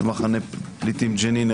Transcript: מחנה פליטים ג'נין,